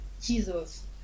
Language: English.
Jesus